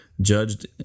judged